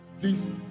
please